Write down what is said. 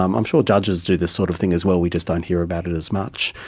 i'm i'm sure judges do this sort of thing as well, we just don't hear about it as much.